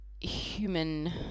human